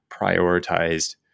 prioritized